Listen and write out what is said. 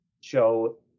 show